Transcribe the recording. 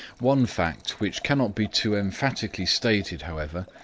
one fact which cannot be too emphatically stated, however,